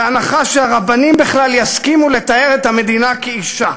בהנחה שהרבנים בכלל יסכימו לתאר את המדינה כאישה,